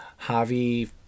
Javi